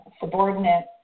subordinate